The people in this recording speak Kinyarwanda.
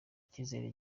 cyizere